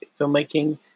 filmmaking